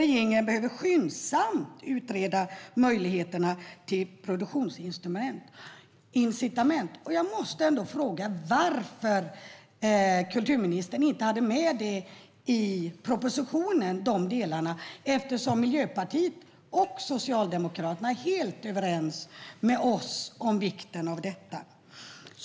Regeringen behöver skyndsamt utreda möjligheterna till produktionsincitament. Jag måste fråga varför kulturministern inte hade med de delarna i propositionen, eftersom Miljöpartiet och Socialdemokraterna är helt överens med oss om vikten av detta.